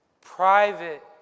private